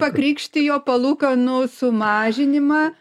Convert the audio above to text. pakrikštijo palūkanų sumažinimą